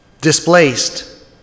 displaced